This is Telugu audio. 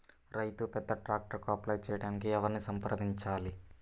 రైతు పెద్ద ట్రాక్టర్కు అప్లై చేయడానికి ఎవరిని సంప్రదించాలి?